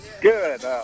Good